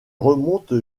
remonte